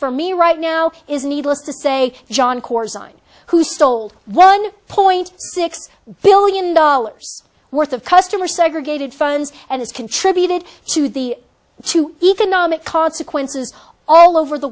for me right now is needless to say john kors on who stole one point six billion dollars worth of customer segregated funds and it's contributed to the two economic consequences all over the